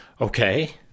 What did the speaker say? Okay